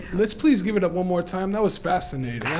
let's please give it up one more time. that was fascinating,